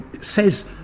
says